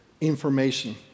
information